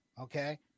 okay